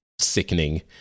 sickening